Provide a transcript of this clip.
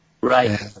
right